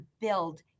build